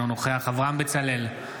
אינו נוכח אברהם בצלאל,